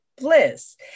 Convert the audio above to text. Bliss